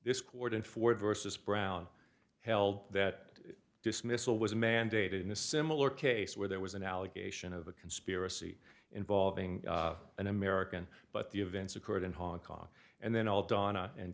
this cordon for versus brown held that dismissal was mandated in a similar case where there was an allegation of a conspiracy involving an american but the events occurred in hong kong and then all donna and